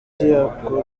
cyakora